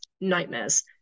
nightmares